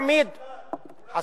היום כולם יודעים שזה היה מתוכנן.